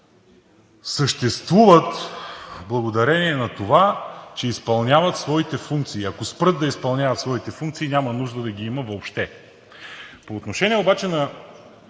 съществуват благодарение на това, че изпълняват своите функции. Ако спрат да изпълняват своите функции, няма нужда да ги има въобще. По отношение обаче на